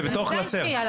הוא בתוך קלסר.